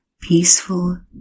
peaceful